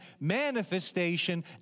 manifestation